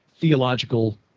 theological